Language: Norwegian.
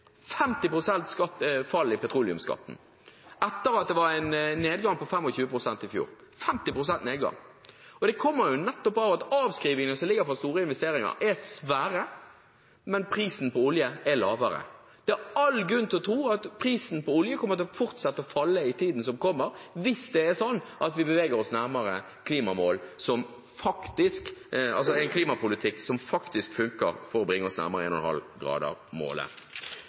var en nedgang på 25 pst. i fjor – 50 pst. nedgang! Det kommer nettopp av at avskrivingene av store investeringer er svære, mens prisen på olje er lavere. Det er all grunn til å tro at prisen på olje kommer til å fortsette å falle i tiden som kommer, hvis vi beveger oss mot en klimapolitikk som faktisk funker for å bringe oss nærmere 1,5-gradersmålet. Det tredje er at det er uansvarlig med tanke på den økonomiske omstillingen som vi skal ha i Norge. Jo lenger vi fortsetter å